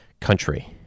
country